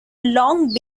long